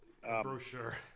brochure